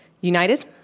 United